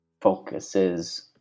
focuses